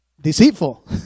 deceitful